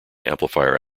amplifier